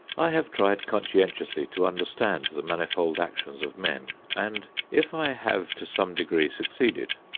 i have tried conscientiously to understand the manifold actions of men and if i have to some degree succeeded,